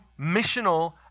missional